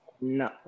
No